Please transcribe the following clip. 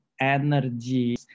energy